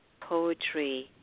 poetry